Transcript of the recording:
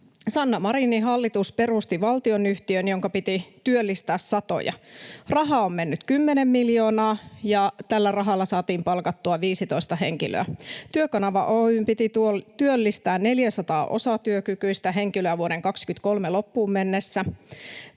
Sanna Marinin hallitus perusti valtionyhtiön, jonka piti työllistää satoja. Rahaa on mennyt kymmenen miljoonaa, ja tällä rahalla saatiin palkattua 15 henkilöä. Työkanava Oy:n piti työllistää 400 osatyökykyistä henkilöä vuoden 23 loppuun mennessä.